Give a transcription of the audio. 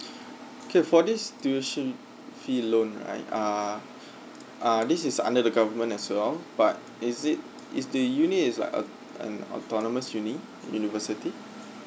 okay for this tuition fee loan right uh uh this is under the government as well but is it is the uni is like uh an autonomous university university